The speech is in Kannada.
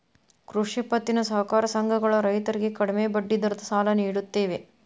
ಕೃಷಿ ಪತ್ತಿನ ಸಹಕಾರ ಸಂಘಗಳ ರೈತರಿಗೆ ಕಡಿಮೆ ಬಡ್ಡಿ ದರದ ಸಾಲ ನಿಡುತ್ತವೆ